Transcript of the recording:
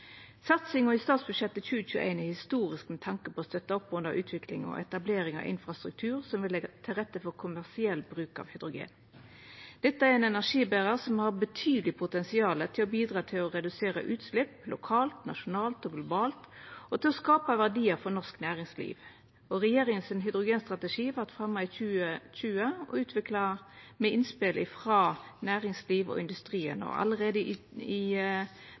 Satsinga i statsbudsjettet for 2021 er historisk med tanke på å støtta opp under utvikling og etablering av infrastruktur som vil leggja til rette for kommersiell bruk av hydrogen. Dette er ein energiberar som har betydeleg potensial til å bidra til å redusera utslepp lokalt, nasjonalt og globalt, og til å skapa verdiar for norsk næringsliv. Regjeringa sin hydrogenstrategi vart fremja i 2020 og utvikla med innspel frå næringslivet og industrien. Allereie